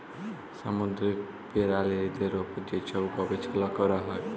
সামুদ্দিরিক পেরালিদের উপর যে ছব গবেষলা ক্যরা হ্যয়